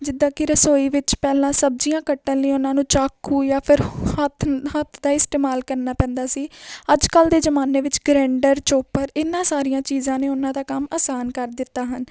ਜਿੱਦਾਂ ਕਿ ਰਸੋਈ ਵਿੱਚ ਪਹਿਲਾਂ ਸਬਜਜ਼ੀਆਂ ਕੱਟਣ ਲਈ ਉਹਨਾਂ ਨੂੰ ਚਾਕੂ ਜਾਂ ਫਿਰ ਹੱਥ ਹੱਥ ਦਾ ਇਸਤੇਮਾਲ ਕਰਨਾ ਪੈਂਦਾ ਸੀ ਅੱਜ ਕੱਲ੍ਹ ਦੇ ਜ਼ਮਾਨੇ ਵਿੱਚ ਗਰੈਂਡਰ ਚੋਪਰ ਇਹਨਾਂ ਸਾਰੀਆਂ ਚੀਜ਼ਾਂ ਨੇ ਉਹਨਾਂ ਦਾ ਕੰਮ ਅਸਾਨ ਕਰ ਦਿੱਤਾ ਹਨ